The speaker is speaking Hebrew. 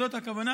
זאת הכוונה.